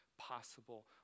possible